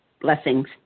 Blessings